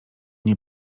nie